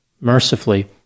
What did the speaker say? mercifully